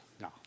no